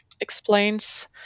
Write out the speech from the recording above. explains